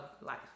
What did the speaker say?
life